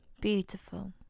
beautiful